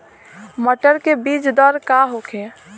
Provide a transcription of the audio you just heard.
मटर के बीज दर का होखे?